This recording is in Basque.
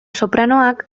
sopranoak